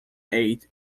eight